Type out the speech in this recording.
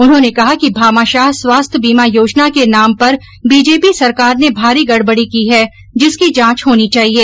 उन्होंने कहा कि भामाशाह स्वास्थ्य बीमा योजना के नाम पर बीजेपी सरकार ने भारी गडबडी की है जिसकी जांच होनी चाहिये